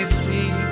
see